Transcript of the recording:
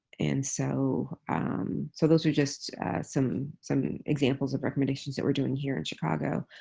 and so so those are just some some examples of recommendations that we're doing here in chicago.